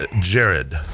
Jared